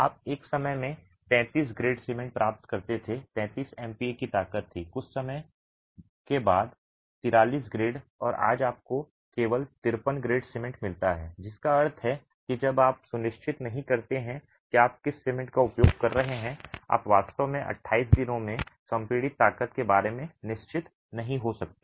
आप एक समय में 33 ग्रेड सीमेंट प्राप्त करते थे 33 एमपीए की ताकत थी कुछ समय के बाद 43 ग्रेड और आज आपको केवल 53 ग्रेड सीमेंट मिलता है जिसका अर्थ है कि जब तक आप सुनिश्चित नहीं करते हैं कि आप किस सीमेंट का उपयोग कर रहे हैं आप वास्तव में 28 दिनों में संपीड़ित ताकत के बारे में निश्चित नहीं हो सकते